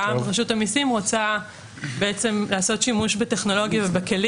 גם רשות המסים רוצה לעשות שימוש בטכנולוגיה ובכלים